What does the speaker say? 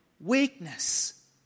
weakness